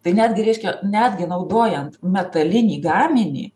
tai netgi reiškia netgi naudojant metalinį gaminį